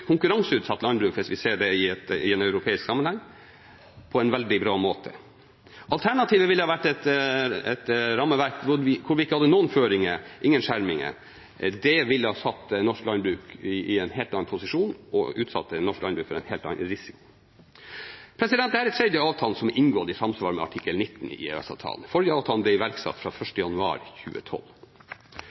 hvis vi ser det i en europeisk sammenheng – på en veldig bra måte. Alternativet ville vært et rammeverk hvor vi ikke hadde noen føringer, ingen skjerminger. Det ville satt norsk landbruk i en helt annen posisjon og utsatt norsk landbruk for en helt annen risiko. Dette er den tredje avtalen som er inngått i samsvar med artikkel 19 i EØS-avtalen. Den forrige avtalen ble iverksatt 1. januar 2012.